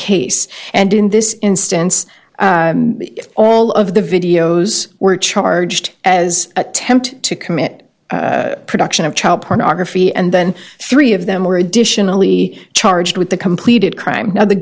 case and in this instance all of the videos were charged as attempt to commit production of child pornography and then three of them were additionally charged with the completed crime now the